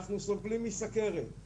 אנחנו סובלים מסכרת.